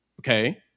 okay